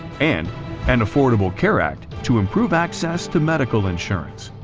and an affordable care act to improve access to medical insurance.